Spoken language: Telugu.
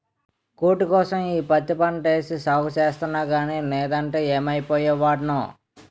కూటికోసం ఈ పత్తి పంటేసి సాగు సేస్తన్నగానీ నేదంటే యేమైపోయే వోడ్నో